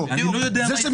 זה.